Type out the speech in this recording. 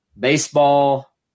Baseball